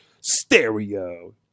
Stereo